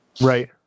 Right